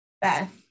Beth